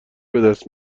بدست